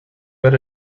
but